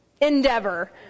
endeavor